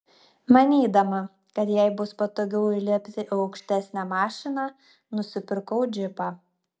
manydama kad jai bus patogiau įlipti į aukštesnę mašiną nusipirkau džipą